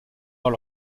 dans